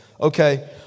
okay